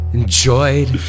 enjoyed